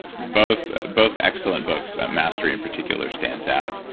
both both excellent books. mastery, in particular, stands out.